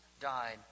died